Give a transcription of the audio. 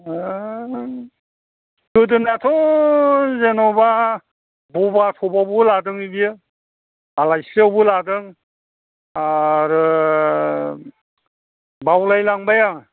गोदोनाथ' जेनेबा बबा सभाबाव लादोंलै बियो आलाइस्रिआवबो लादों आरो बावलाय लांबाय आं